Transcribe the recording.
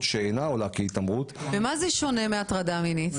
שאינה עולה כהתעמרות -- במה זה שונה מהטרדה מינית?